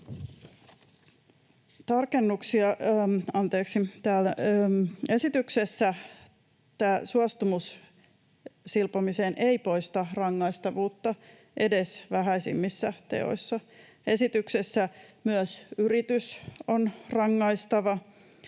Esityksessä tämä suostumus silpomiseen ei poista rangaistavuutta edes vähäisimmissä teoissa. Esityksessä myös yritys on rangaistava